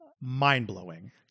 Mind-blowing